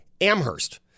Amherst